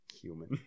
human